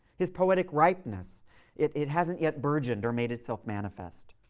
his poetic ripeness it it hasn't yet burgeoned or made itself manifest